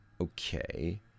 Okay